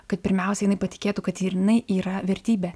kad pirmiausia jinai patikėtų kad ir jinai yra vertybė